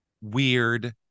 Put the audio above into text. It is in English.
weird